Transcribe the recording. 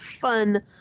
fun